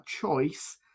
choice